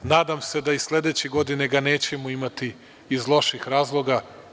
Nadam se da i sledeće godine ga nećemo imati iz loših razloga.